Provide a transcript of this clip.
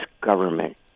government